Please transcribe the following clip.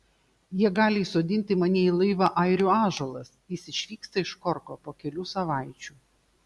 jie gali įsodinti mane į laivą airių ąžuolas jis išvyksta iš korko po kelių savaičių